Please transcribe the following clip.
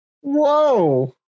Whoa